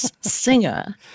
singer